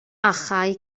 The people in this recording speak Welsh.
achau